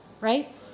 right